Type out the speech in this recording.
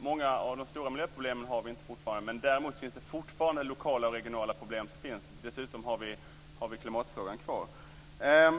många av de stora miljöproblemen finns inte längre, men det finns fortfarande lokala och regionala problem. Dessutom kvarstår klimatfrågan. Jag